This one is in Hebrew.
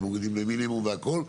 ומורידים למינימום והכל.